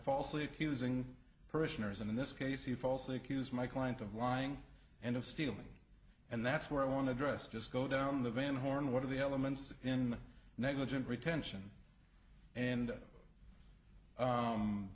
falsely accusing parishioners and in this case you falsely accused my client of lying and of stealing and that's where i want to dress just go down the van horn one of the elements in negligent retention and